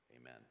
Amen